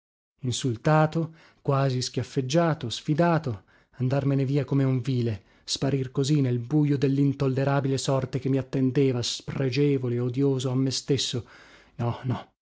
insultato quasi schiaffeggiato sfidato andarmene via come un vile sparir così nel bujo dellintollerabile sorte che mi attendeva spregevole odioso a me stesso no no